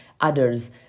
others